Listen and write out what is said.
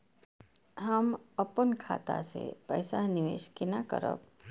हम अपन खाता से पैसा निवेश केना करब?